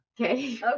Okay